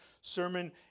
sermon